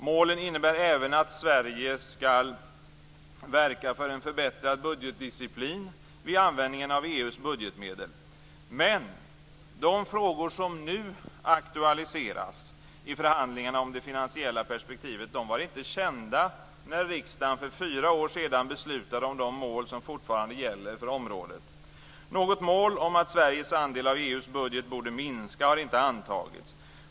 Målen innebär även att Sverige skall verka för en förbättrad budgetdisciplin vid användningen av Men de frågor som nu aktualiseras i förhandlingarna om det finansiella perspektivet var inte kända när riksdagen för fyra år sedan beslutade om de mål som fortfarande gäller för området. Något mål om att Sveriges andel av EU:s budget borde minska har inte antagits.